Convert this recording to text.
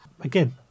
Again